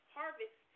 harvest